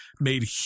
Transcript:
made